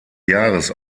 jahres